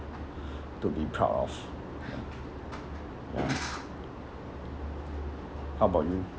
to be proud of ya ya how about you